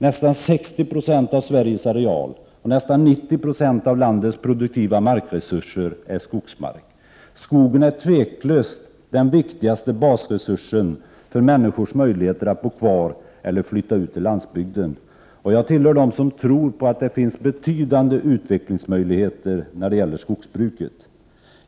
Nästan 60 96 av Sveriges areal och nästan 90 2 av landets produktiva markresurser är skogsmark. Skogen är otvivelaktigt den viktigaste basresursen för människors möjligheter att bo kvar på eller att flytta ut till landsbygden. Jag tillhör dem som tror på att det finns betydande utvecklingsmöjligheter när det gäller skogsbruket.